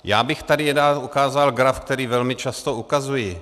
Já bych tady rád ukázal graf, který velmi často ukazuji.